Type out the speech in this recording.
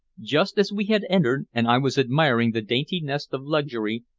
just as we had entered, and i was admiring the dainty nest of luxury,